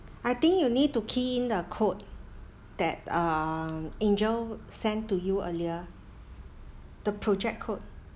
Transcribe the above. I think you need to key in the code that um angel sent to you earlier the project code